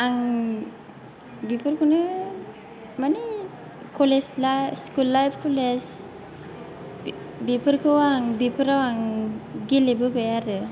आं बेफोरखौनो माने college life school life college बेफोरखौ आं बेफोराव आं गेलेबोबाय आरो